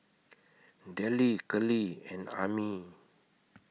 Dellie Keli and Ami